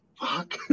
fuck